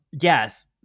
yes